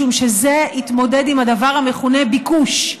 משום שזה יתמודד עם הדבר המכונה ביקוש,